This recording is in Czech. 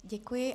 Děkuji.